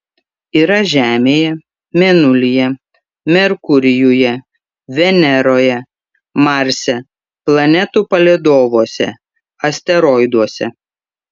yra žemėje mėnulyje merkurijuje veneroje marse planetų palydovuose asteroiduose